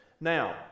Now